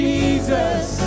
Jesus